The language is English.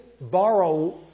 borrow